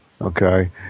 Okay